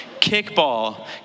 kickball